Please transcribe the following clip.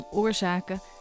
Oorzaken